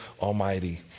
Almighty